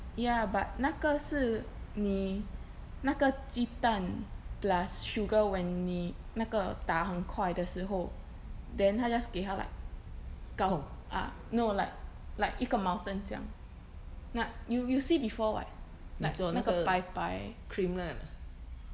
ya but 那个是你那个鸡蛋 plus sugar when 你那个打很快的时候 then 它 just 给它 like ah no like like 一个 mountain 这样 you you see before what like 那个白白